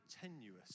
tenuous